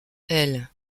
elle